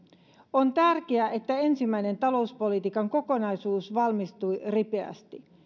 on tärkeää että ensimmäinen talouspolitiikan kokonaisuus valmistui ripeästi